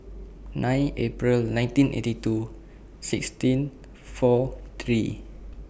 nine April nineteen eighty two sixteen four three